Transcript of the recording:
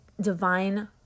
divine